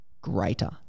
greater